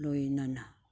ꯂꯣꯏꯅꯅ